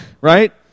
right